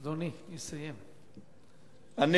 אדוני,